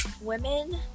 women